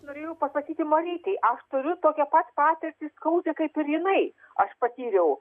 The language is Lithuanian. norėjau pasakyti marytei aš turiu tokią pat patirtį skaudžią kaip ir jinai aš patyriau